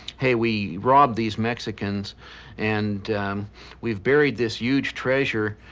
hey we robbed these mexicans and we've buried this huge treasure.